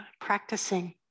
practicing